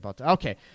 Okay